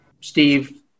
Steve